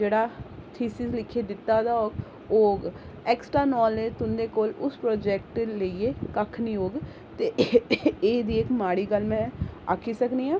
जेह्ड़ा थिसिसिज लिखियै दित्ता दा होग एक्सट्रा नॉलेज तुंदे कोल उस परोजैक्ट गी लेइये कक्ख नीं होग ते एह् एह्दी इक माड़ी गल्ल ऐ आक्खी सकनेआं